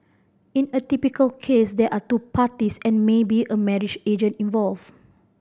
in a typical case there are two parties and maybe a marriage agent involved